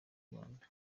rwanda